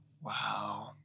Wow